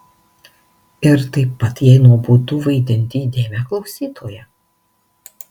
ir taip pat jai nuobodu vaidinti įdėmią klausytoją